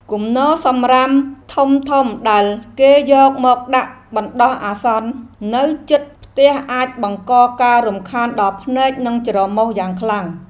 គំនរសំរាមធំៗដែលគេយកមកដាក់បណ្តោះអាសន្ននៅជិតផ្ទះអាចបង្កការរំខានដល់ភ្នែកនិងច្រមុះយ៉ាងខ្លាំង។